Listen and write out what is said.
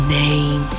name